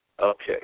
Okay